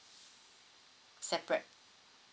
separate